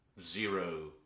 zero